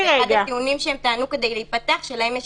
ואחד הטיעונים שהם טענו כדי להיפתח הייתה שלהם יש